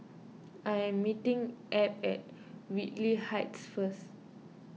I am meeting Abb at Whitley Heights first